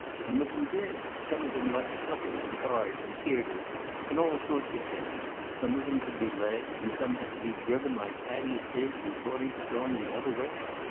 some of them did. some of them liked suppers and cards and theatres and all sorts of things. some of them could be led, and some had to be driven like paddy's pig who thought he was going the other way.